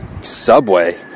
subway